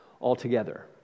altogether